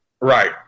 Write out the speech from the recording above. right